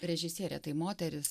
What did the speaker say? režisierė tai moteris